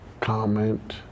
comment